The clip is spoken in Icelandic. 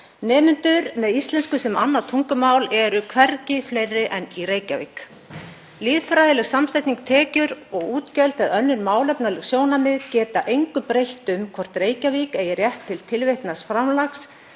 Nemendur með íslensku sem annað tungumál eru hvergi fleiri en í Reykjavík. Lýðfræðileg samsetning, tekjur og útgjöld eða önnur málefnaleg sjónarmið geta engu breytt um hvort Reykjavík eigi rétt til tilvitnað framlags